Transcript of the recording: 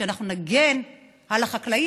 שאנחנו נגן על החקלאי,